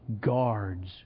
guards